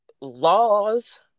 laws